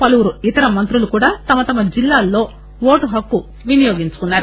పలువురు ఇతర మంత్రులు కూడా తమ తమ జిల్లాల్లో ఓటు హక్కు వినియోగించుకున్నారు